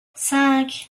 cinq